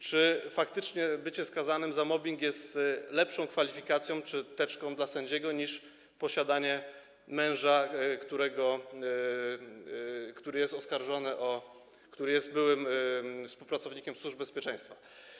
Czy faktycznie bycie skazanym za mobbing jest lepszą kwalifikacją czy teczką dla sędziego niż posiadanie męża, który jest oskarżony, który jest byłym współpracownikiem służb bezpieczeństwa?